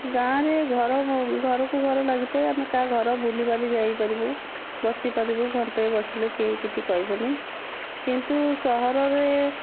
ଗାଁରେ ଘର ଘରକୁ ଘର ଲାଗିଥାଏ ଆମେ କାହା ଘର ବୁଲିବାଲି ଯାଇପାରିବୁ ବସିପାରିବୁ ଘଣ୍ଟାଏ ବସିଲେ କେହି କିଛି କହିବେନି କିନ୍ତୁ ସହରରେ